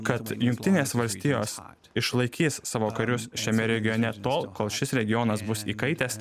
kad jungtinės valstijos išlaikys savo karius šiame regione tol kol šis regionas bus įkaitęs